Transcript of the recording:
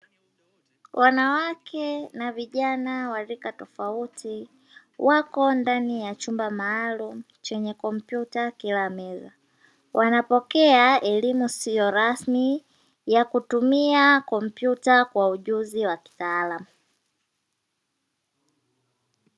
Wanawake na vijana wa rika tofauti wako ndani ya chumba maalum chenye kompyuta kila meza. Wanapokea elimu isiyo rasmi ya kutumia kompyuta kwa ujuzi wa kitaalamu.